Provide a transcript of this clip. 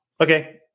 Okay